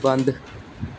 ਬੰਦ